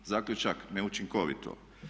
Zaključak neučinkovito.